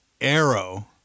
Arrow